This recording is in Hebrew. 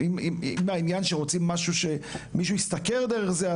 בעניין שרוצים משהו שמישהו ישתכר דרך זה,